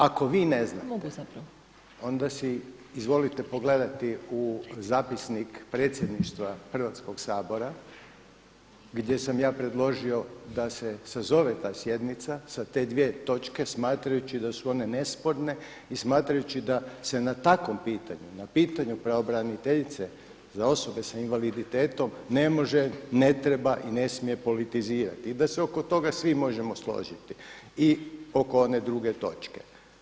Ako vi ne znate onda si izvolite pogledati u zapisnik predsjedništva Hrvatskog sabora gdje sam ja predložio da se sazove ta sjenica sa te dvije točke smatrajući da su one nesporne i smatrajući da se na takvom pitanju, na pitanju pravobraniteljice za osobe s invaliditetom, ne može, ne treba i ne smije politizirati i da se oko toga svi možemo složiti i oko one druge točke.